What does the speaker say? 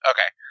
Okay